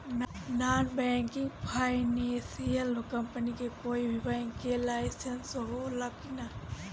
Non banking financial company मे कोई भी बैंक के लाइसेन्स हो ला कि ना?